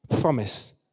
promise